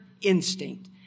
instinct